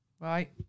right